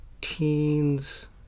teens